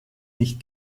nicht